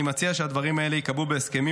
אני מציע שהדברים האלה ייקבעו בהסכמים